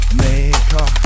maker